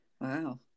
Wow